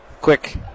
Quick